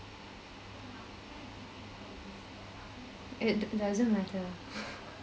it doesn't matter